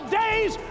days